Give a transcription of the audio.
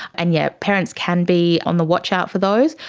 and yes, parents can be on the watch out for those,